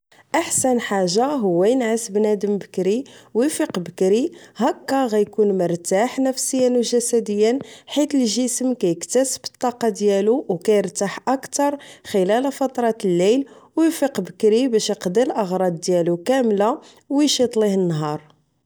أحسن حاجة هو إنعس بنادم بكري ويفيق بكري هكا غيكون مرتاح نفسيا أو جسديا حيت الجسم كيكتاسب الطاقة ديالو أو كيرتاح أكتر خلال فترة الليل ويفيق بكري باش إقدي الأغراض ديالو كاملة ويشيط ليه النهار